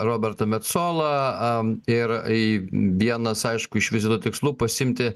roberto metsola am ir ei vienas aišku iš vizito tikslų pasiimti